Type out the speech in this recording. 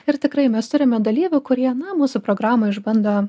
ir tikrai mes turime dalyvių kurie na mūsų programą išbando